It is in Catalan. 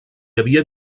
havia